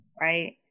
right